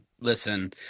listen